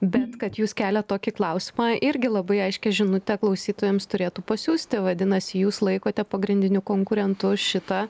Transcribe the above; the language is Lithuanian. bet kad jūs keliat tokį klausimą irgi labai aiškią žinutę klausytojams turėtų pasiųsti vadinasi jūs laikote pagrindiniu konkurentu šitą